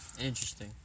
interesting